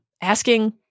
asking